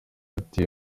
ati